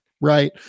right